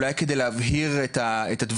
אולי כדי להבהיר את הדברים,